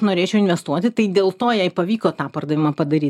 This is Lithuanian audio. norėčiau investuoti tai dėl to jai pavyko tą pardavimą padaryt